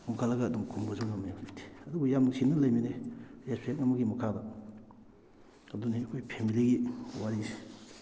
ꯑꯣꯡꯈꯠꯂꯒ ꯑꯗꯨꯝ ꯈꯨꯝꯕꯁꯨ ꯉꯝꯃꯦ ꯍꯧꯖꯤꯛꯇꯤ ꯑꯗꯨꯕꯨ ꯌꯥꯝ ꯅꯨꯡꯁꯤꯅꯅ ꯂꯩꯃꯤꯟꯅꯩ ꯔꯦꯁꯄꯦꯛ ꯑꯃꯒꯤ ꯃꯈꯥꯗ ꯑꯗꯨꯅꯤ ꯑꯩꯈꯣꯏ ꯐꯦꯃꯤꯂꯤꯒꯤ ꯋꯥꯔꯤꯁꯤ